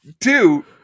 Two